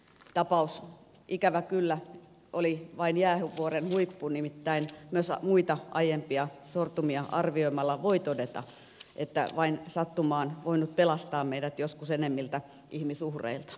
tapaus ikävä kyllä oli vain jäävuoren huippu nimittäin myös muita aiempia sortumia arvioimalla voi todeta että vain sattuma on voinut pelastaa meidät joskus enemmiltä ihmisuhreilta